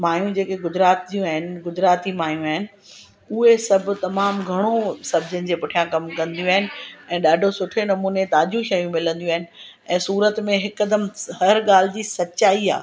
माइयूं जेके गुजरातियूं आहिनि गुजराती माइयूं आहिनि उहे सभु तमाम घणो सब्जीन जे पुठियां कम कंदियूं आहिनि ऐं ॾाढो सुठे नमूने ताजियूं शयूं मिलंदियूं आहिनि ऐं सूरत में हिकदमि हर ॻाल्हि जी सच्चाई आहे